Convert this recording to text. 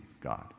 God